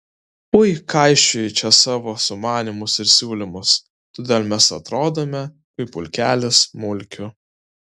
ui kaišioji čia savo sumanymus ir siūlymus todėl mes atrodome kaip pulkelis mulkių